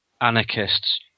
anarchists